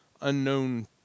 unknown